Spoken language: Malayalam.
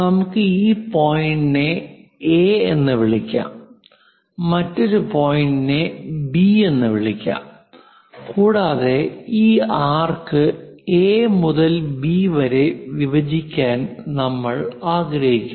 നമുക്ക് ഈ പോയിന്റിനെ എ എന്ന് വിളിക്കാം മറ്റൊരു പോയിന്റിനെ ബി എന്ന് വിളിക്കാം കൂടാതെ ഈ ആർക്ക് എ മുതൽ ബി വരെ വിഭജിക്കാൻ നമ്മൾ ആഗ്രഹിക്കുന്നു